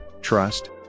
trust